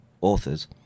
authors